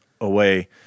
away